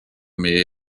meie